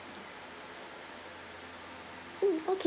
mm okay